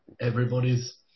everybody's